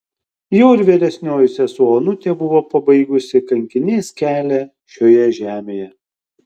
jau ir vyresnioji sesuo onutė buvo pabaigusi kankinės kelią šioje žemėje